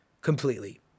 Completely